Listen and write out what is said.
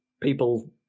people